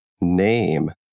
name